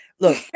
Look